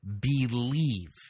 believe